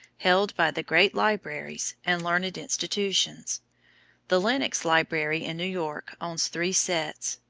held by the great libraries, and learned institutions the lenox library in new york owns three sets.